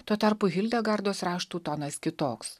tuo tarpu hildegardos raštų tonas kitoks